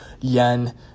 yen